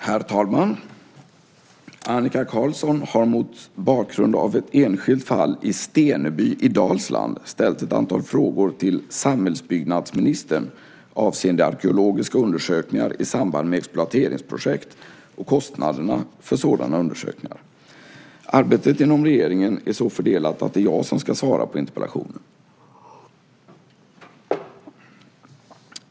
Herr talman! Annika Qarlsson har mot bakgrund av ett enskilt fall i Steneby i Dalsland ställt ett antal frågor till samhällsbyggnadsministern avseende arkeologiska undersökningar i samband med exploateringsprojekt och kostnaderna för sådana undersökningar. Arbetet inom regeringen är så fördelat att det är jag som ska svara på interpellationen.